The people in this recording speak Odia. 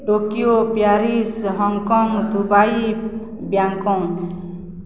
Tokyo Paris Hong Kong Dubai Bangkok